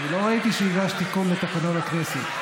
אני לא ראיתי שהגשת תיקון לתקנון הכנסת.